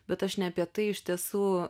bet aš ne apie tai iš tiesų